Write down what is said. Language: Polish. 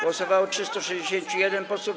Głosowało 361 posłów.